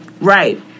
Right